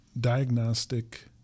diagnostic